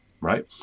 right